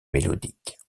mélodiques